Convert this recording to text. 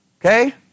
okay